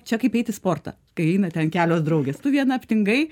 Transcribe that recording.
čia kaip eit į sportą kai eina ten kelios draugės tu viena aptingai